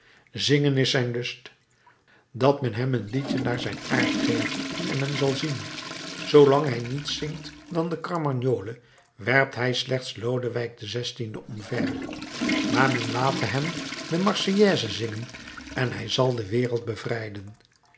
zingen is zijn lust dat men hem een liedje naar zijn aard geve en men zal zien zoolang hij niets zingt dan de carmagnole werpt hij slechts lodewijk xvi omver maar men late hem de marseillaise zingen en hij zal de